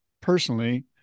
personally